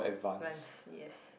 runs yes